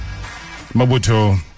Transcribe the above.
Mabuto